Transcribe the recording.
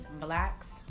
blacks